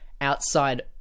outside